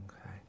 okay